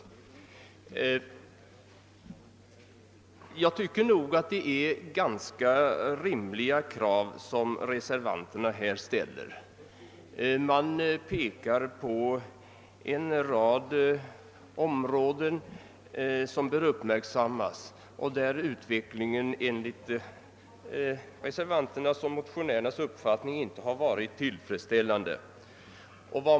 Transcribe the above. Jag tycker nog att det är ganska rimliga krav som reservanterna ställer. Man pekar på en rad områden som bör uppmärksammas och där utvecklingen enligt motionärernas och reservanternas uppfattning inte har varit tillfredsställande.